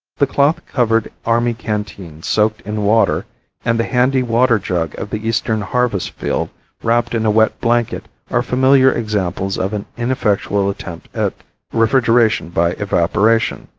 the cloth covered army canteen soaked in water and the handy water jug of the eastern harvest field wrapped in a wet blanket are familiar examples of an ineffectual attempt at refrigeration by evaporation.